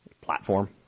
platform